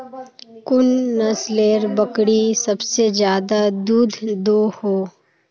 कुन नसलेर बकरी सबसे ज्यादा दूध दो हो?